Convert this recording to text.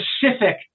specific